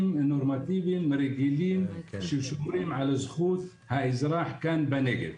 נורמטיביים רגילים ששומרים על זכות האזרח כאן בנגב.